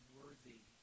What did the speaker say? worthy